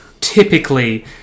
typically